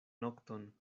nokton